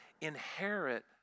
inherit